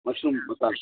mushroom மசால்